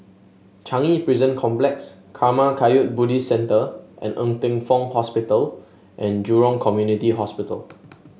Changi Prison Complex Karma Kagyud Buddhist Centre and Ng Teng Fong Hospital and Jurong Community Hospital